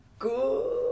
good